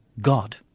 God